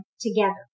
together